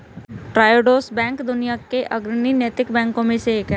Triodos bank दुनिया के अग्रणी नैतिक बैंकों में से एक है